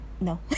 No